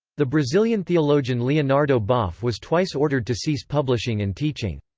the brazilian theologian leonardo boff was twice ordered to cease publishing and teaching.